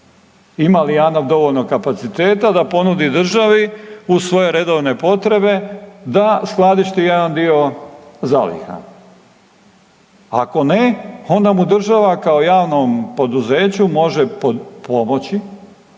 ima li Janaf dovoljno kapaciteta da ponudi državi uz svoje redovne potrebe da skladišti jedan dio zaliha. Ako ne onda mu država kao javnom poduzeću može pomoći